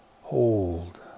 hold